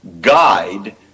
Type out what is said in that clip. guide